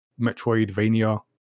Metroidvania